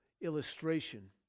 illustration